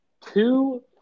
two